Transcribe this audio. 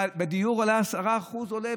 בדיור 10% עולה,